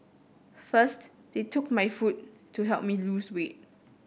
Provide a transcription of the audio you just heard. first they took my food to help me lose weight